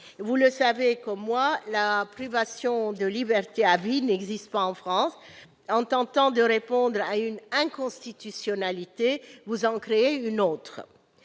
le ministre d'État, la privation de liberté à vie n'existe pas en France. En tentant de répondre à une inconstitutionnalité, vous en créez une autre